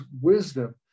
wisdom